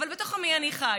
אבל בתוך עמי אני חיה.